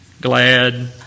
glad